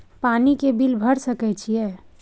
पानी के बिल भर सके छियै?